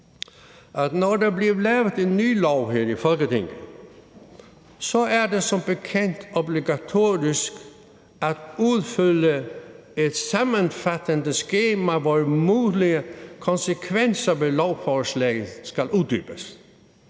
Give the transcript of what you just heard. at når der bliver lavet en ny lov herinde i Folketinget, er det som bekendt obligatorisk at udfylde et sammenfattende skema, hvor de mulige konsekvenser ved lovforslaget skal uddybes.